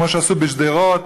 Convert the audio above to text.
כמו שעשו בשדרות,